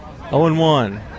0-1